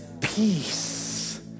peace